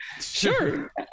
Sure